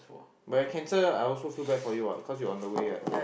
but you cancel I also feel bad for you what cause you on the way right